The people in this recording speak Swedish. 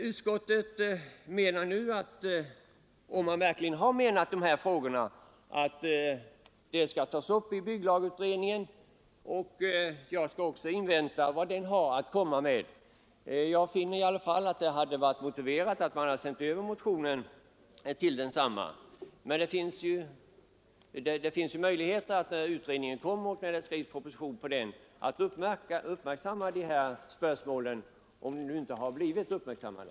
Utskottet hänvisar i sin skrivning till att dessa frågor skall behandlas av bygglagutredningen, och jag skall givetvis ta del av de resultat den kommer fram till. Jag finner ändå att det hade varit motiverat att sända över motionen till denna utredning. Men det finns ju möjlighet att när utredningens förslag framlagts och proposition skall skrivas med anledning därav ta upp dessa problem, om de då inte redan blivit uppmärksammade,